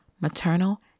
maternal